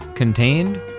contained